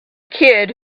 kid